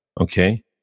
Okay